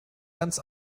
ganz